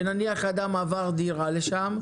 נניח אדם עבר דירה לשם,